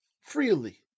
freely